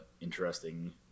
interesting